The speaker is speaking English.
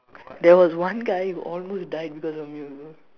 there was one guy who almost died because of me also